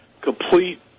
complete